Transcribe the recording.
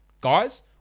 guys